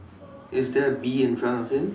is there a bee in front of him